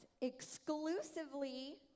exclusively